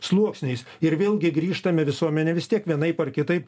sluoksniais ir vėlgi grįžtame visuomenė vis tiek vienaip ar kitaip